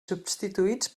substituïts